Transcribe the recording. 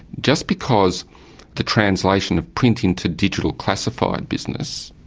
just because the translation of print into digital classified business,